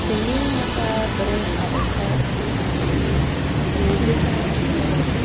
singing म्हाका बरें आवडटा आनी म्युजिकांत